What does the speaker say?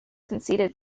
conceded